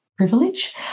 privilege